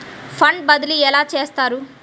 Fund బదిలీ ఎలా చేస్తారు?